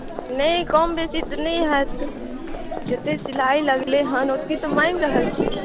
नहि कम बेसी तऽ नहि हैत जेतेक सिलाइ लगलै हेँ ओतबी तऽ माँगि रहल छी